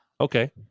Okay